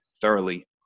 thoroughly